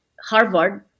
Harvard